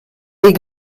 est